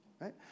right